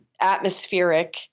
atmospheric